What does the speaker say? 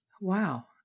Wow